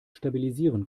stabilisieren